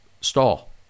Stall